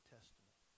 Testament